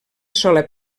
sola